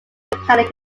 mechanic